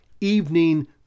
evening